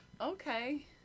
Okay